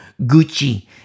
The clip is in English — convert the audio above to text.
gucci